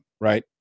right